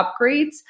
upgrades